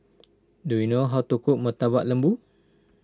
do you know how to cook Murtabak Lembu